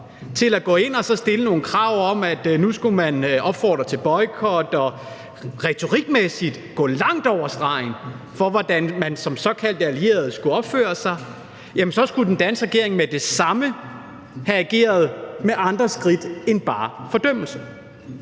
til at gå ind og stille nogle krav om, at nu skulle man opfordre til boykot, og retorikmæssigt gå langt over stregen for, hvordan man som såkaldte allierede skulle opføre sig, skulle have ageret med andre skridt end bare fordømmelse.